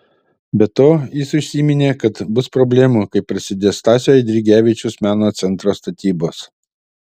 be to jis užsiminė kad bus problemų kai prasidės stasio eidrigevičiaus meno centro statybos